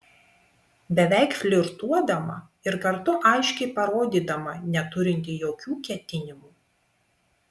beveik flirtuodama ir kartu aiškiai parodydama neturinti jokių ketinimų